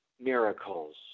miracles